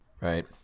Right